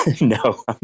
no